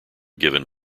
given